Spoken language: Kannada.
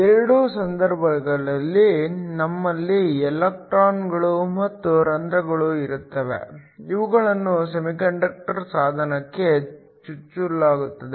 ಎರಡೂ ಸಂದರ್ಭಗಳಲ್ಲಿ ನಮ್ಮಲ್ಲಿ ಎಲೆಕ್ಟ್ರಾನ್ಗಳು ಮತ್ತು ರಂಧ್ರಗಳು ಇರುತ್ತವೆ ಇವುಗಳನ್ನು ಸೆಮಿಕಂಡಕ್ಟರ್ ಸಾಧನಕ್ಕೆ ಚುಚ್ಚಲಾಗುತ್ತದೆ